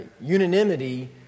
unanimity